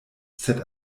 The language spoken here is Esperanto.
sed